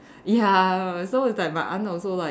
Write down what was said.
ya so it's like my aunt also like